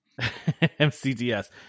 MCDS